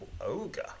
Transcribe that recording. Ogre